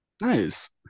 Nice